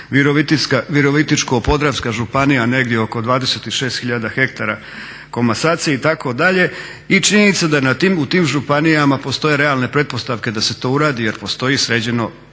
Virovitičko-podravska županija negdje oko 26 hiljada hektara komasacije itd. I činjenica da u tim županijama postoje realne pretpostavke da se to uradi jer postoji sređeno koliko toliko